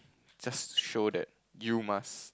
just show that you must